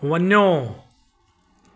वञो